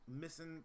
missing